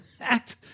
act